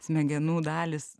smegenų dalys